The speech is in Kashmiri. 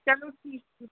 چلو ٹھیٖک چھُ